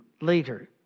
later